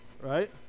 Right